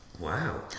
Wow